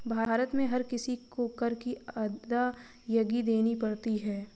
भारत में हर किसी को कर की अदायगी देनी ही पड़ती है